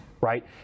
right